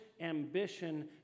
ambition